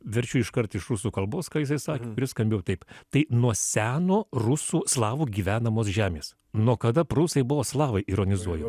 verčiu iškart iš rusų kalbos ką jisai sakė kuri skambėjo taip tai nuo seno rusų slavų gyvenamos žemės nuo kada prūsai buvo slavai ironizuoju